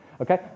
Okay